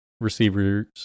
receivers